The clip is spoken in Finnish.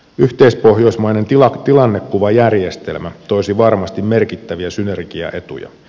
yhteispohjoismainen tilannekuvajärjestelmä toisi varmasti merkittäviä synergiaetuja